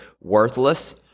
worthless